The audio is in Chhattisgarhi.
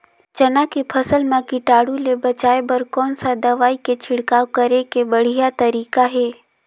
चाना के फसल मा कीटाणु ले बचाय बर कोन सा दवाई के छिड़काव करे के बढ़िया तरीका हे?